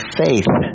faith